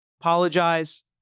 apologize